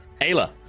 Ayla